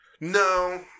no